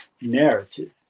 narrative